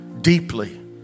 deeply